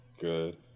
Good